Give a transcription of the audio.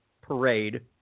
parade